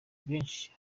benshi